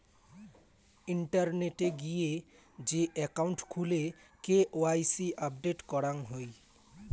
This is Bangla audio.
ইন্টারনেটে গিয়ে যে একাউন্ট খুলে কে.ওয়াই.সি আপডেট করাং হই